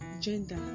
gender